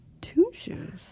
two-shoes